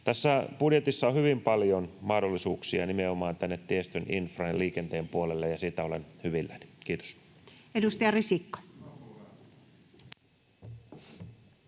Tässä budjetissa on hyvin paljon mahdollisuuksia nimenomaan tänne tiestön, infran ja liikenteen puolelle, ja siitä olen hyvilläni. — Kiitos. Edustaja Risikko.